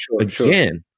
Again